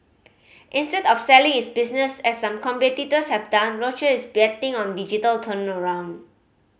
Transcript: instead of selling its business as some competitors have done Roche is betting on digital turnaround